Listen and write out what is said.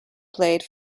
played